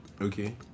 Okay